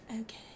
okay